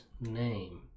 name